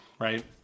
right